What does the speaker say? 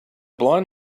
blind